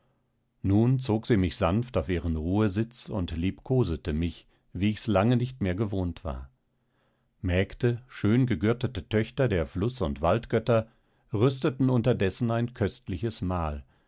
nun zog sie mich sanft auf ihren ruhesitz und liebkosete mich wie ich's lange nicht mehr gewohnt war mägde schöngegürtete töchter der fluß und waldgötter rüsteten unterdessen ein köstliches mahl